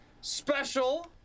special